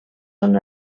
són